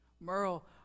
Merle